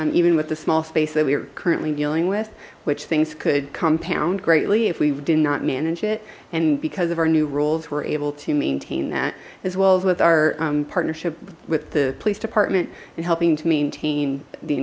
even with the small space that we were currently dealing with which things could compound greatly if we did not manage it and because of our new rules were able to maintain that as well as with our partnership with the police department and helping to maintain the